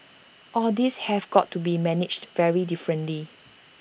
all these have got to be managed very differently